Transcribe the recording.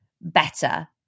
better